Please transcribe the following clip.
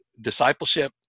discipleship